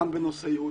גם בנושא ייעוץ.